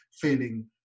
feeling